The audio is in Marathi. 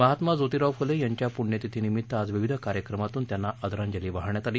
महात्मा जोतीराव फुले यांच्या पुण्यतिथी निमित्त आज विविध कार्यक्रमातून त्यांना आदरांजली वाहण्यात आली